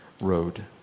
road